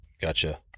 Gotcha